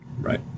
Right